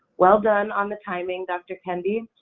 well done on the timing dr. kendi.